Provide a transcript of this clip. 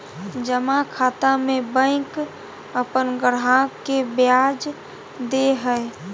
जमा खाता में बैंक अपन ग्राहक के ब्याज दे हइ